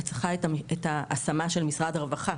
את צריכה את ההשמה של משרד הרווחה,